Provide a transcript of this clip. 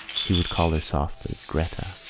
he would call her softly gretta!